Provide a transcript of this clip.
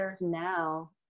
now